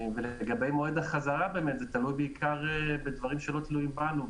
ולגבי מועד החזרה באמת זה תלוי בעיקר בדברים שלא תלויים בנו,